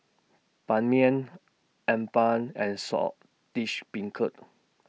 Ban Mian Appam and Saltish Beancurd